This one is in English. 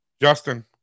Justin